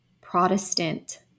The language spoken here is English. Protestant